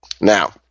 Now